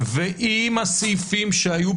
אבל נזכור שכשבמגילת העצמאות לא הוכנס שוויון לאומי,